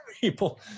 people